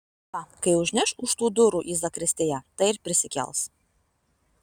va kai užneš už tų durų į zakristiją tai ir prisikels